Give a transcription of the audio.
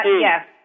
Yes